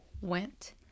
went